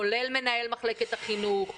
כולל מנהל מחלקת החינוך,